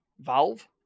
Valve